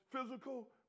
physical